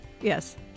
yes